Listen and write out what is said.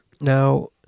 Now